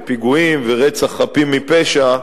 פיגועים ורצח חפים מפשע,